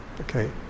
Okay